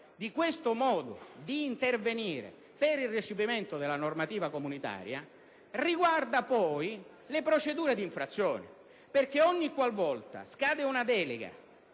di questo modo di intervenire per il recepimento della normativa comunitaria riguarda le procedure di infrazione. Infatti, ogniqualvolta scade una delega